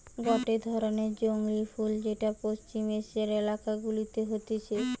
গটে ধরণের জংলী ফুল যেটা পশ্চিম এশিয়ার এলাকা গুলাতে হতিছে